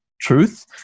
truth